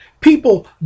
people